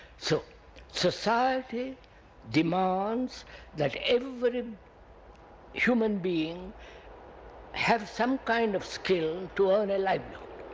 so society demands that every um human being have some kind of skill to earn a livelihood,